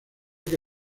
que